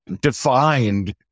defined